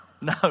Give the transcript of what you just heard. No